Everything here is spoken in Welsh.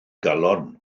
galon